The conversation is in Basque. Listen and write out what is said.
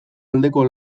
aldeko